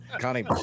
Connie